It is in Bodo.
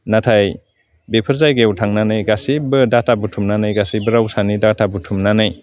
नाथाय बेफोर जायगायाव थांनानै गासैबो डाटा बुथुमनानै गासैबो रावसानि डाटा बुथुमनानै